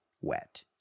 wet